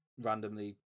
randomly